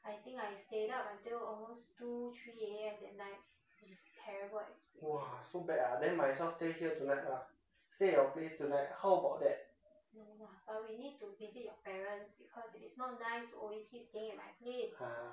!wah! so bad ah then might as well stay here tonight lah stay at your place tonight how about that ah